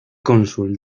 cónsul